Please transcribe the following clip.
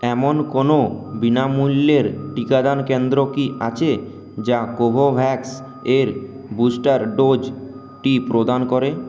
এমন কোনও বিনামূল্যের টিকাদান কেন্দ্র কি আছে যা কোভোভ্যাক্স এর বুস্টার ডোজটি প্রদান করে